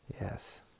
Yes